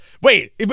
Wait